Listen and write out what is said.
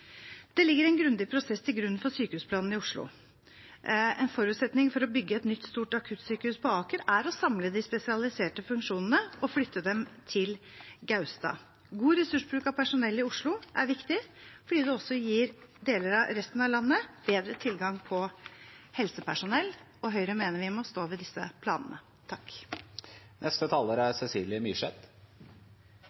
Det ligger en grundig prosess til grunn for sykehusplanen i Oslo. En forutsetning for å bygge et nytt stort akuttsykehus på Aker er å samle de spesialiserte funksjonene og flytte dem til Gaustad. God ressursbruk av personell i Oslo er viktig fordi det også gir deler av resten av landet bedre tilgang på helsepersonell, og Høyre mener vi må stå ved disse planene. Satsing på helse, vår felles helsetjeneste, er